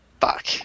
fuck